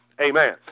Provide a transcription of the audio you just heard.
Amen